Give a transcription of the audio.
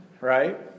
Right